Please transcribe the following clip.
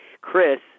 Chris